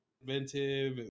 inventive